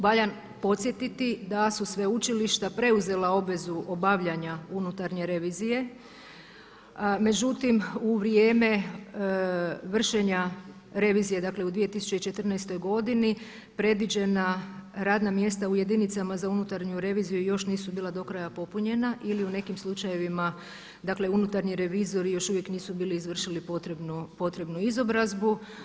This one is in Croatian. Valja podsjetiti da su sveučilišta preuzela obvezu obavljanja unutarnje revizije, međutim u vrijeme vršenja revizije dakle u 2014. godini predviđena radna mjesta u jedinicama za unutarnju reviziju još nisu bila do kraja popunjena ili u nekim slučajevima dakle unutarnji revizori još uvijek nisu bili izvršili potrebnu izobrazbu.